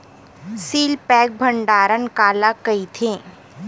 Seal pack भंडारण काला कइथे?